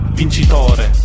vincitore